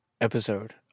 episode